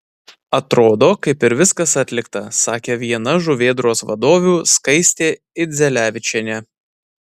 atrodo kaip ir viskas atlikta sakė viena žuvėdros vadovių skaistė idzelevičienė